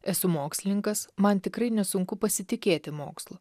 esu mokslininkas man tikrai nesunku pasitikėti mokslu